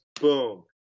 boom